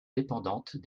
dépendantes